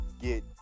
get